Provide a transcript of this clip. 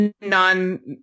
non